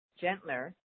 gentler